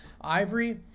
ivory